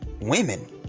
women